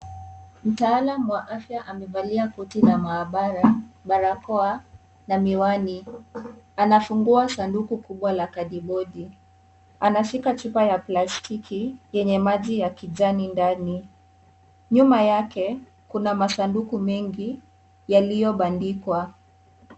Mtaalam wa afya amevalia koti la maabara, barakoa na miwani. Anafungua sanduku kubwa la kadibodi. Anashika chupa ya plastiki yenye maji ya kijani ndani. Nyuma yake, kuna masanduku mengi yaliyobandikwa.